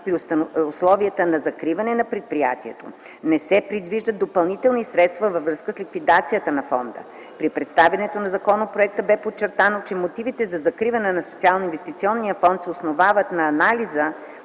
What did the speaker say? при условията на закриване на предприятието. Не се предвиждат допълнителни средства във връзка с ликвидацията на Фонда. При представянето на законопроекта бе подчертано, че мотивите за закриване на Социалноинвестиционния фонд се основават на анализ